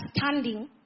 understanding